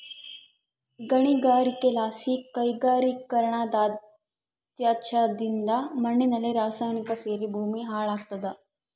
ಗಣಿಗಾರಿಕೆಲಾಸಿ ಕೈಗಾರಿಕೀಕರಣದತ್ಯಾಜ್ಯದಿಂದ ಮಣ್ಣಿನಲ್ಲಿ ರಾಸಾಯನಿಕ ಸೇರಿ ಭೂಮಿ ಹಾಳಾಗ್ತಾದ